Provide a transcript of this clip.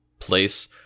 place